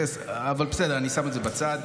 אבל הזמן ממשיך לרוץ, אדוני.